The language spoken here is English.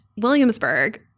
Williamsburg